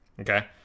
Okay